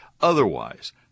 Otherwise